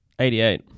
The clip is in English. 88